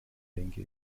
denke